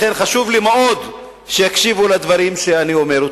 לכן חשוב לי מאוד שיקשיבו לדברים שאני אומר,